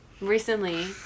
recently